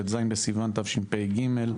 ט"ז בסיון תשפ"ג.